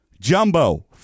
Jumbo